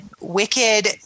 wicked